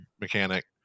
mechanic